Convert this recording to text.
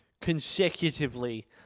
consecutively